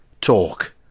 talk